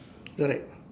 correct